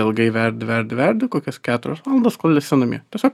ilgai verdi verdi verdi kokias keturias valandas kol esi namie tiesiog